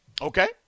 Okay